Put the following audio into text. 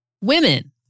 Women